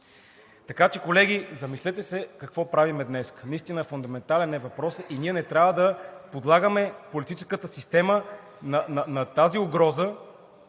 Така че, колеги, замислете се какво правим днес. Наистина въпросът е фундаментален и ние не трябва да подлагаме политическата система на тази угроза